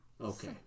Okay